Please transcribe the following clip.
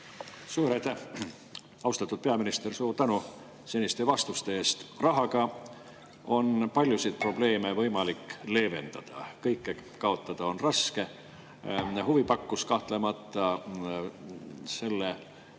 aitäh! Austatud peaminister, suur tänu seniste vastuste eest! Rahaga on paljusid probleeme võimalik leevendada. Kõiki [häiringuid] kaotada on raske. Huvi pakkus kahtlemata selle